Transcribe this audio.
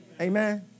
Amen